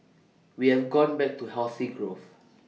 we have gone back to healthy growth